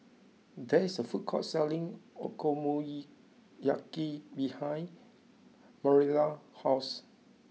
there is a food court selling Okonomiyaki behind Manilla's house